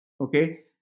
okay